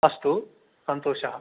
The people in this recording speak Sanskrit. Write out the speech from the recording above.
अस्तु सन्तोषः